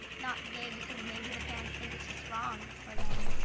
not gay because maybe the parents think it's just wrong for them.